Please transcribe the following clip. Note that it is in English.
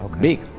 big